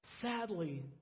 sadly